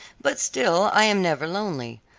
but still i am never lonely.